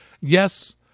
Yes